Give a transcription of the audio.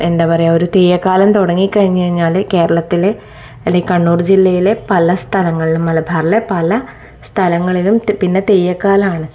എന്താ പറയാ ഒരു തെയ്യക്കാലം തുടങ്ങി കഴിഞ്ഞു കഴിഞ്ഞാൽ കേരളത്തിലെ അല്ലെങ്കിൽ കണ്ണൂർ ജില്ലയിലെ പല സ്ഥലങ്ങളിലും മലബാറിലെ പല സ്ഥലങ്ങളിലും പിന്നെ തെയ്യക്കാലമാണ്